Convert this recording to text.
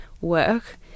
work